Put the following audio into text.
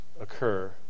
occur